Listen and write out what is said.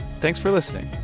thanks for listening